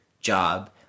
job